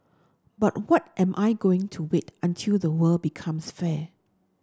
but what am I going to wait until the world becomes fair